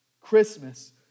Christmas